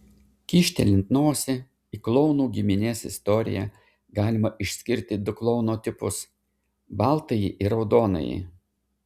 kyštelint nosį į klounų giminės istoriją galima išskirti du klouno tipus baltąjį ir raudonąjį